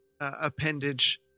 appendage